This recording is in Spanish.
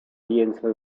lienzo